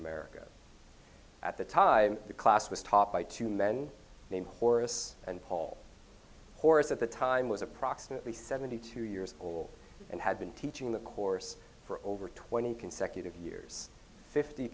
america at the time the class was topped by two men named horace and paul horace at the time was approximately seventy two years old and had been teaching the course for over twenty consecutive years fifty